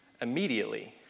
Immediately